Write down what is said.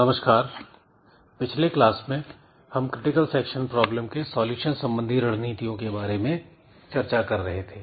नमस्कार पिछले क्लास में हम क्रिटिकल सेक्शन प्रॉब्लम के सॉल्यूशन संबंधी रणनीतियों के बारे में चर्चा कर रहे थे